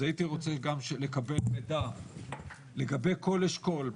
הייתי רוצה לקבל מידע לגבי כל אשכול,